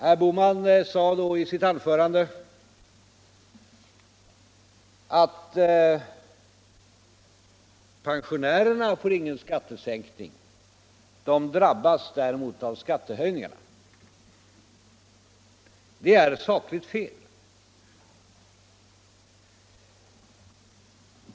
Herr Bohman sade i sitt anförande att pensionärerna inte får någon skattesänkning. De drabbas däremot av skattehöjningar. Det är sakligt fel.